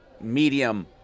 medium